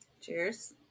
Cheers